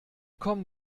kommen